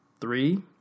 three